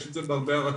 יש את זה בהרבה ארצות.